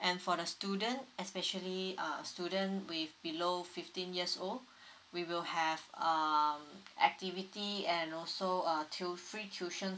and for the student especially uh student with below fifteen years old we will have um activity and also uh tui~ free tuition